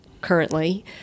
currently